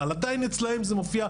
אבל עדיין אצלם זה מופיע,